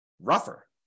rougher